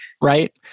Right